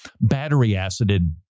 battery-acided